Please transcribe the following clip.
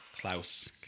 Klaus